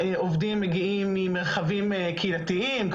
העובדים מגיעים ממרחבים קהילתיים,